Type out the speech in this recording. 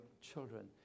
children